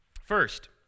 First